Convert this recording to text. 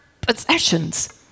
possessions